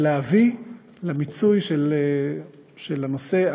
ולהביא למיצוי של הנושא,